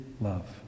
love